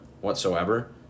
whatsoever